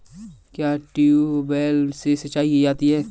क्या ट्यूबवेल से सिंचाई की जाती है?